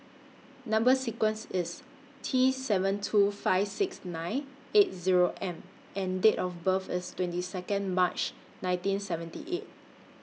Number sequence IS T seven two five six nine eight Zero M and Date of birth IS twenty Second March nineteen seventy eight